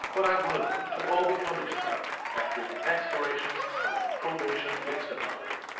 but i would to all becoming so after the expiration of the probation fixed upon.